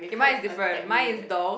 your mind is different mine is those